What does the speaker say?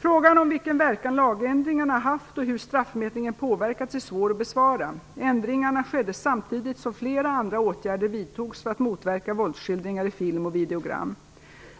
Frågan om vilken verkan lagändringarna haft och hur straffmätningen påverkats är svår att besvara. Ändringarna skedde samtidigt som flera andra åtgärder vidtogs för att motverka våldsskildringar i film och videogram.